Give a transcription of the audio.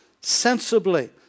sensibly